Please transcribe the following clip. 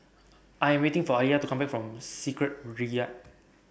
I Am waiting For Aliya to Come Back from Secretariat